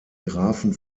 grafen